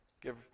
Give